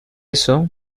eso